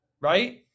right